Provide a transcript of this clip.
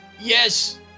Yes